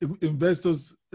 investors